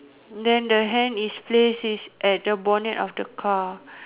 then the hand is placed is at the bonnet of the car